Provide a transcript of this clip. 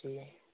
जी